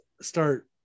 start